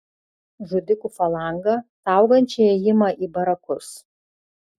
žudikų falangą saugančią įėjimą į barakus